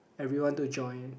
everyone to join